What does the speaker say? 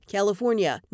California